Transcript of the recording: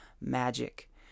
magic